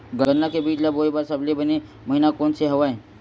गन्ना के बीज ल बोय बर सबले बने महिना कोन से हवय?